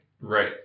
Right